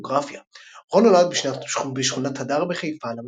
ביוגרפיה רון נולד בשכונת הדר בחיפה,